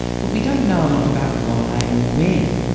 but we don't know a lot about why or when.